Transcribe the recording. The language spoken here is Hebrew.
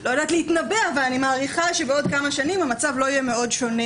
לא יודעת להתנבא אבל אני מעריכה שבעוד כמה שנים המצב לא יהיה מאוד שונה